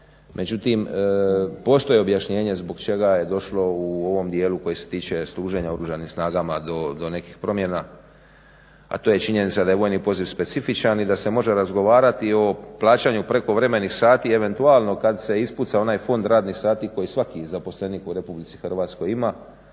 međutim postoji objašnjenje zbog čega je došlo u ovom dijelu koji se tiče služenja u Oružanim snagama do nekih promjena, a to je činjenica da je vojni poziv specifičan i da se može razgovarati o plaćanju prekovremenih sati, eventualno kad se ispuca onaj fond radnih sati koji svaki zaposlenih u Republici Hrvatskoj ima,